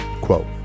quote